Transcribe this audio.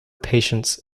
patients